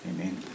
Amen